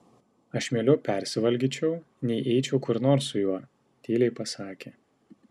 aš mieliau persivalgyčiau nei eičiau kur nors su juo tyliai pasakė